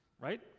right